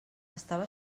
estava